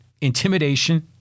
intimidation